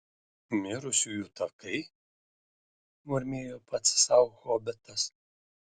mirusiųjų takai murmėjo pats sau hobitas